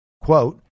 quote